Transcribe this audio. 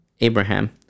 Abraham